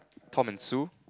Tom and Sue